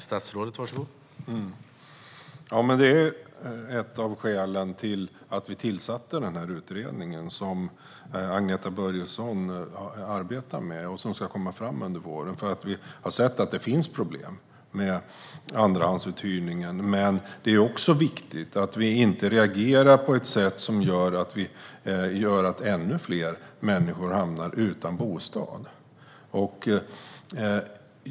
Herr talman! Detta är ett av skälen till att regeringen tillsatte utredningen som Agneta Börjesson arbetar med. Den ska läggas fram under våren. Det finns problem med andrahandsuthyrningen. Det är också viktigt att vi inte reagerar så att ännu fler blir utan bostad.